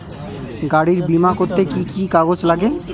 গাড়ীর বিমা করতে কি কি কাগজ লাগে?